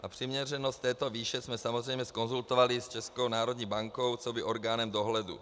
A přiměřenost této výše jsme samozřejmě zkonzultovali s Českou národní bankou coby orgánem dohledu.